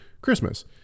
Christmas